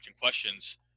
questions